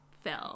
film